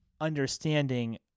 understanding